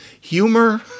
humor